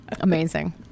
Amazing